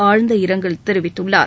ஆம்ந்த இரங்கல் தெரிவித்துள்ளார்